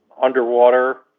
underwater